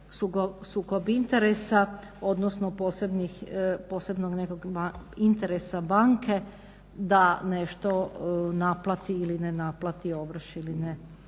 sukob interesa, odnosno posebnog nekog interesa banke, da nešto naplati ili ne naplati, ovrši ili ne